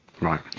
Right